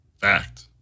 Fact